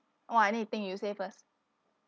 or anything you say first